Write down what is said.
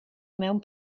mewn